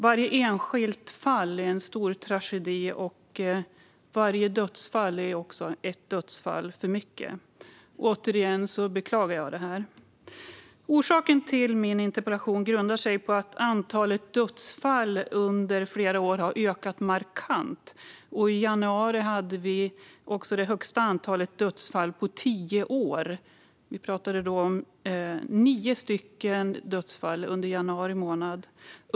Varje enskilt fall är en stor tragedi, och varje dödsfall är ett dödsfall för mycket. Jag beklagar det återigen. Orsaken till min interpellation är att antalet dödsfall under flera år har ökat markant. I januari hade vi också det högsta antalet dödsfall - nio stycken - på tio år.